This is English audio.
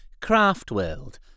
craft-world